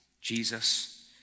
Jesus